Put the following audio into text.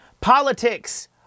Politics